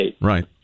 right